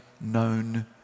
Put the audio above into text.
known